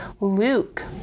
Luke